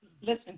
listen